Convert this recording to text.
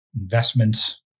investments